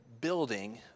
building